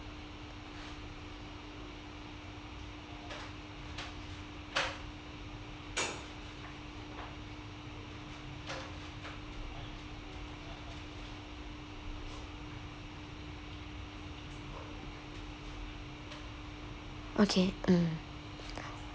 okay um